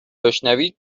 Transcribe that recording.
بشنوید